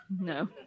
No